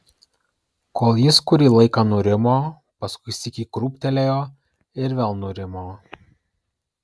kol jis kurį laiką nurimo paskui sykį krūptelėjo ir vėl nurimo